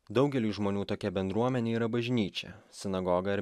daugeliui žmonių tokia bendruomenė yra bažnyčia sinagoga ir